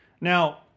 Now